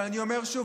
אבל אני אומר שוב,